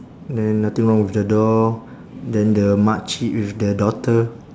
then nothing wrong with the door then the makcik with the daughter